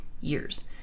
years